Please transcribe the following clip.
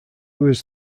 was